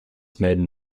maiden